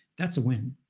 that's a win.